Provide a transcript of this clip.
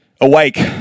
Awake